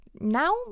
Now